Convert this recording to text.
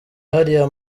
hariya